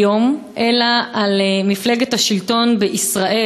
היום, אלא על מפלגת השלטון בישראל,